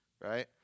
right